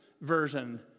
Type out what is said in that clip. version